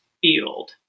field